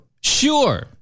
Sure